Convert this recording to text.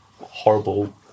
horrible